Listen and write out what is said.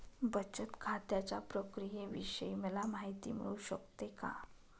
बचत खात्याच्या प्रक्रियेविषयी मला माहिती मिळू शकते का?